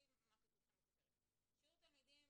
תסתכלי מה כתוב שם בכותרת: "שיעור התלמידים